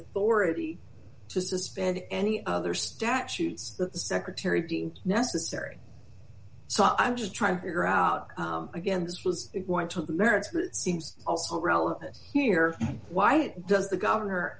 authority to suspend any other statutes that the secretary deems necessary so i'm just trying to figure out again this was going to the merits it seems also relevant here why does the governor